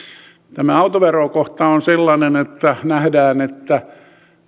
tämä autoverokohta on sellainen että nähdään että